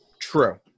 True